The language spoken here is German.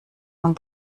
man